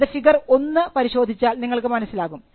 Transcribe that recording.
അത് ഫിഗർ 1 പരിശോധിച്ചാൽ നിങ്ങൾക്ക് മനസ്സിലാകും